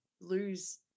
lose